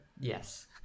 Yes